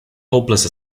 hopeless